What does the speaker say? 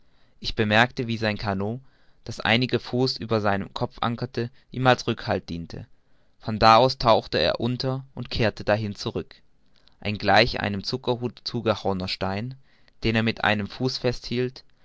ich bemerkte wie sein canot das einige fuß über seinem kopf ankerte ihm als rückhalt diente von da aus tauchte er unter kehrte dahin zurück ein gleich einem zuckerhut zugehauener stein den er mit dem fuß festhielt